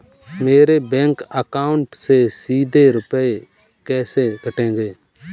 मेरे bank account से सीधे रुपए कैसे कटेंगे?